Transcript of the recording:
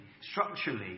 structurally